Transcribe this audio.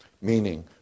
meaning